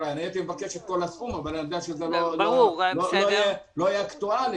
הייתי מבקש את כל הסכום אבל אני יודע שזה לא יהיה אקטואלי,